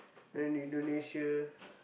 and Indonesia